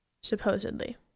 supposedly